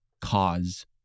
cause